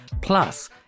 Plus